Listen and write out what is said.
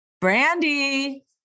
Brandy